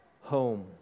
home